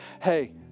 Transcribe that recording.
hey